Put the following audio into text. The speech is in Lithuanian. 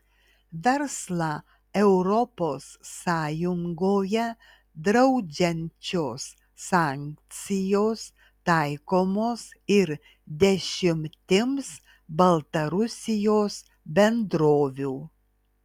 verslą europos sąjungoje draudžiančios sankcijos taikomos ir dešimtims baltarusijos bendrovių